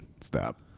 Stop